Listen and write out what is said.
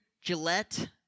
Gillette